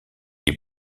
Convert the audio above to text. est